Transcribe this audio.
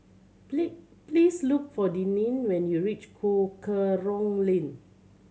please look for Denine when you reach Cool Kerong Lane